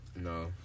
no